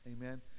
Amen